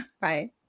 Bye